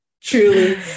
truly